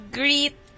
greet